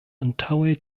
antaŭe